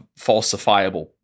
falsifiable